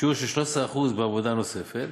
בשיעור של 13% בעבודה נוספת,